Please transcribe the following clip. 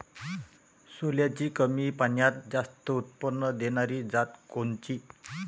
सोल्याची कमी पान्यात जास्त उत्पन्न देनारी जात कोनची?